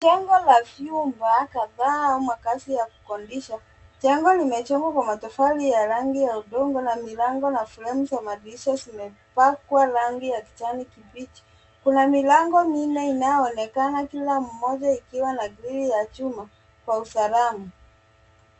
Jengo la vyumba kadhaa makazi ya kukodisha. Jengo limejengwa kwa matofali ya rangi ya udogo na milango na fremu za madirisha zimepakwa rangi ya kijani kibichi. Kuna milango minne inayoonekana kila mmoja ikiwa na grill ya chuma kwa usalama.